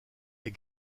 est